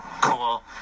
cool